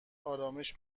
آرامش